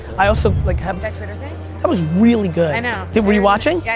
i also like have that twitter thing? that was really good. i know. were you watching? yeah,